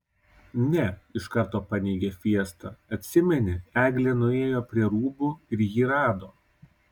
ne iš karto paneigė fiesta atsimeni eglė nuėjo prie rūbų ir jį rado